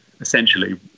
essentially